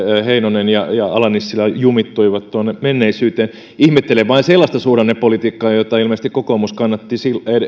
heinonen ja ja ala nissilä jumittuivat tuonne menneisyyteen ihmettelen vain sellaista suhdannepolitiikkaa jota ilmeisesti kokoomus kannatti